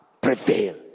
prevail